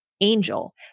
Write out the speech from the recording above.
Angel